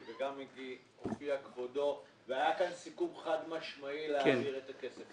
וגם הופיע כבודו והיה כאן סיכום חד משמעי להעביר את הכסף.